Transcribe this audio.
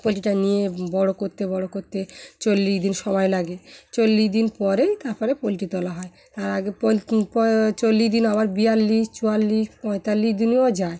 পোলট্রিটা নিয়ে বড়ো করতে বড়ো করতে চল্লিশ দিন সময় লাগে চল্লিশ দিন পরেই তারপরে পোলট্রি তোলা হয় তার আগে চল্লিশ দিন আবার বিয়াল্লিশ চুয়াল্লিশ পঁয়তাল্লিশ দিনেও যায়